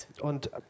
und